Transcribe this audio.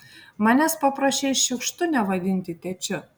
manęs paprašei šiukštu nevadinti tėčiu